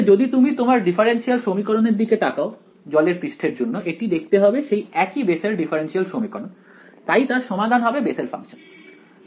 আসলে যদি তুমি তোমার ডিফারেন্সিয়াল সমীকরণ এর দিকে তাকাও জলের পৃষ্ঠের জন্য এটি দেখতে হবে সেই একই বেসেল ডিফারেনশিয়াল সমীকরণ তাই তার সমাধান হবে বেসেল ফাংশন